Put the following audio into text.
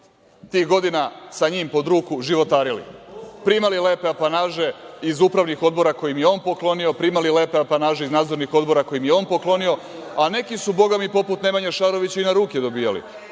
tih godina sa njim pod ruku životarili, primali lepe apanaže iz upravnih odbora koje im je on poklonio, primali lepe apanaže iz nadzornih odbora koje im je on poklonio, a neki su poput Nemanje Šarovića i na ruke dobijali.